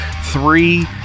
three